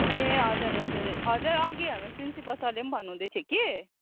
ए हजुर हजुर हजुर अघि हाम्रो प्रिन्सिपल सरले पनि भन्नु हुँदैथ्यो कि